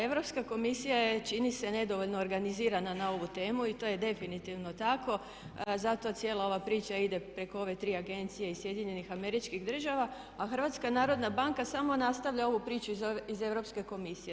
Europska komisija je čini se nedovoljno organizirana na ovu temu i to je definitivno tako zato cijela ova priča ide preko ove tri agencije i SAD-a a HNB samo nastavlja ovu priču iz Europske komisije.